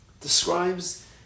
describes